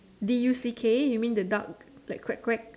D U C k you mean the duck like quack quack